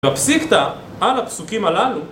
והפסיקתא על הפסוקים הללו